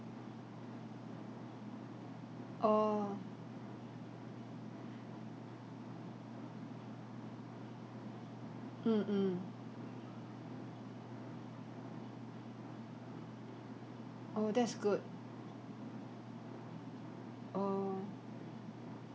oh mm mm oh that's good oh